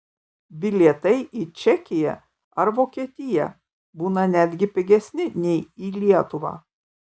bilietai į čekiją ar vokietiją būna netgi pigesni nei į lietuvą